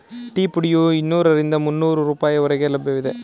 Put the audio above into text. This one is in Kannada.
ಟೀ ಪುಡಿಯು ಇನ್ನೂರರಿಂದ ಮುನ್ನೋರು ರೂಪಾಯಿ ಹೊರಗೆ ಲಭ್ಯವಿದೆ